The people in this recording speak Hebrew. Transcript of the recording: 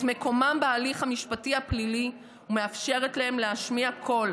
מקומם בהליך המשפטי הפלילי ומאפשרת להם להשמיע קול.